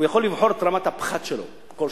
הוא יכול לבחור את רמת הפחת שלו כל שנה.